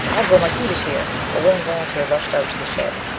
i'll go. my suit is here. a willing volunteer rushed out to the shed.